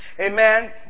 Amen